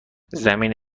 زمین